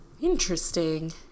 Interesting